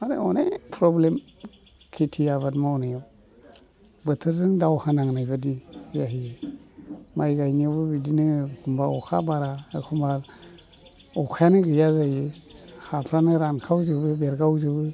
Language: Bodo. आरो अनेक प्रब्लेम खेथि आबाद मावनाया बोथोरजों दावहा नांनायबादि जाहैयो माइ गायनायाबो बिदिनो एखनबा अखा बारा एखनबा अखायानो गैया जायो हाफोरानो रानखावजोबो बेरगावजोबो